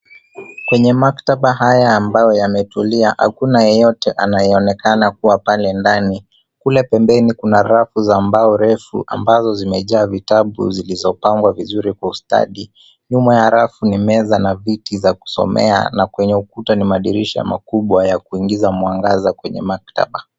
Kwenye maktaba haya ambayo yametulia hakuna yeyote anayeonekana kuwa pale ndani. Kule pembeni kuna rafu za mbao refu ambazo zimejaa vitabu zilizopangwa vizuri kwa ustadi. Nyuma ya rafu ni meza na viti za kusomea na kwenye ukuta ni madirisha makubwa ya kuingiza mwangaza kwenye maktaba.